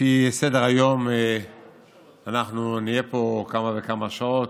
לפי סדר-היום אנחנו נהיה פה כמה וכמה שעות,